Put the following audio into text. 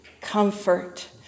comfort